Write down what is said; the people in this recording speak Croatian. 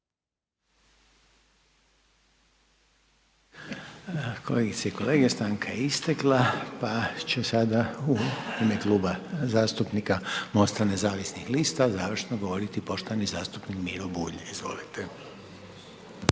Kolegice i kolege stanka je istekla, pa ću sada u ime Kluba zastupnika Mosta nezavisnih lista, završno govoriti poštovani zastupnik Miro Bulj, izvolite.